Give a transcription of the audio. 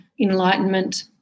enlightenment